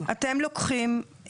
אתם לוקחים,